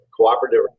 cooperative